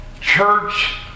church